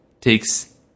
takes